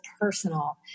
personal